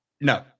No